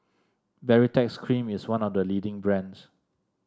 Baritex Cream is one of the leading brands